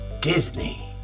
Disney